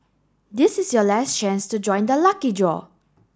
this is your last chance to join the lucky draw